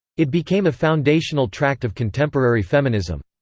it became a foundational tract of contemporary feminism.